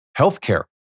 healthcare